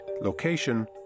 location